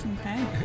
Okay